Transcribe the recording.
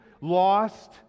lost